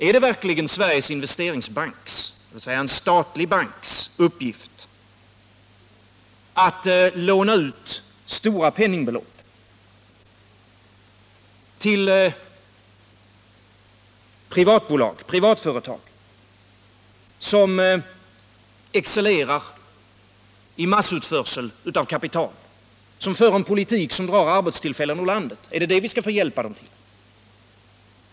Är det verkligen Sveriges Investeringsbanks, dvs. en statlig banks, uppgift att låna ut stora penningbelopp till privatföretag, som excellerar i massutförsel av kapital, som för en politik som drar arbetstillfällen ur landet? Är det detta vi skall hjälpa dem med?